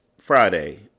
Friday